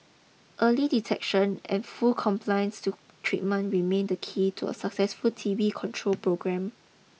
early detection and full compliance to treatment remain the key to a successful T B control programme